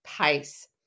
pace